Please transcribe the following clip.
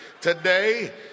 today